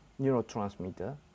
neurotransmitter